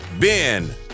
Ben